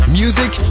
music